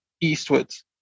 eastwards